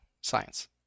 science